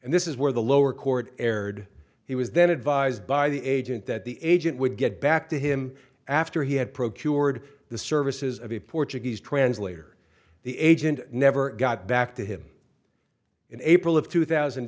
and this is where the lower court erred he was then advised by the agent that the agent would get back to him after he had procured the services of a portuguese translator the agent never got back to him in april of two thousand